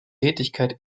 tätigkeit